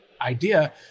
idea